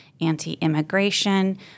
anti-immigration